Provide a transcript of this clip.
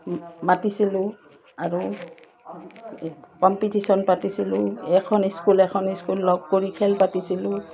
মাতিছিলোঁ আৰু এই কম্পিটিশ্যন পাতিছিলোঁ এখন স্কুল এখন স্কুল লগ কৰি খেল পাতিছিলোঁ